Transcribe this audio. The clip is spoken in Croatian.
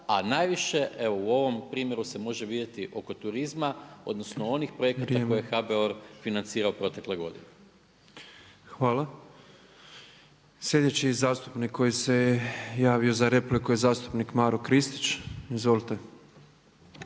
a najviše u ovom primjeru se može vidjeti oko turizma odnosno oko onih projekta koje je HBOR financirao protekle godine. **Petrov, Božo (MOST)** Hvala. Sljedeći zastupnik koji se javio za repliku je zastupnik Maro Kristić. Izvolite.